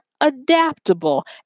adaptable